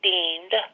deemed